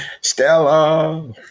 Stella